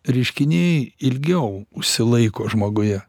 reiškiniai ilgiau užsilaiko žmoguje